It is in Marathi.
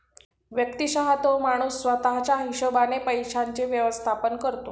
व्यक्तिशः तो माणूस स्वतः च्या हिशोबाने पैशांचे व्यवस्थापन करतो